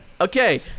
Okay